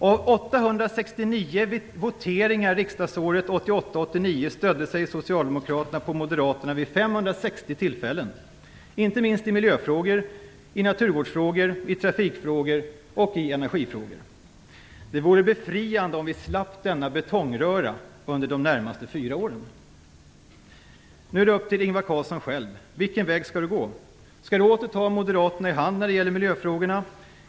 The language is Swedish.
Av 869 voteringar riksdagsåret 1988/89 stödde sig Socialdemokraterna på Moderaterna vid 560 tillfällen, inte minst i miljöfrågor, naturvårdsfrågor, trafikfrågor och energifrågor. Det vore befriande om vi slapp denna betongröra under de närmaste fyra åren. Nu är det upp till Ingvar Carlsson själv att välja vilken väg han skall gå. Skall han åter ta Moderaterna i hand när det gäller miljöfrågorna?